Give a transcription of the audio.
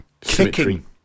kicking